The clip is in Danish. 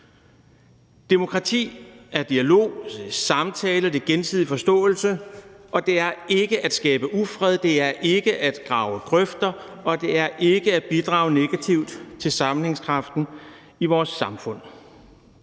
Demokrati er dialog, samtale og gensidig forståelse, og det er ikke at skabe ufred, det er ikke at grave grøfter, og det er ikke at bidrage negativt til sammenhængskraften i vores samfund.